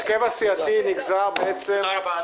תודה רבה.